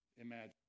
imagine